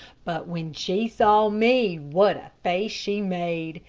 but when she saw me what a face she made.